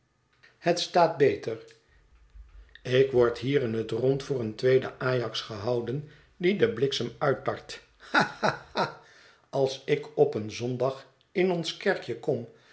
het staat beter ik word hier in het rond voor een tweeden ajax gehouden die den bliksem uittart ha ha ha als ik op een zondag in ons kerkje kom